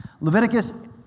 Leviticus